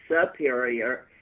superior